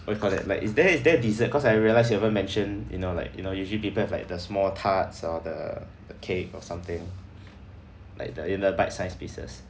what you call that like is there is there dessert cause I realise you haven't mention you know like you know usually people like the small tarts or the the cake or something like the you know the bite sized pieces